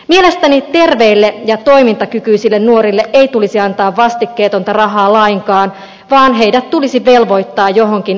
mielestäni terveille ja toimintakykyisille nuorille ei tulisi antaa vastikkeetonta rahaa lainkaan vaan heidät tulisi velvoittaa johonkin aktiivitoimenpiteeseen